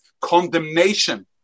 condemnation